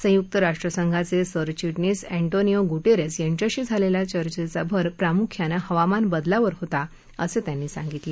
संयुक्त राष्ट्रसंघाच सिरचिटणीस अँटोनियो गुटस्क यांच्याशी झालली चर्चेचा भर प्रामुख्यानं हवामान बदलावर होता असं त्यांनी सांगितलं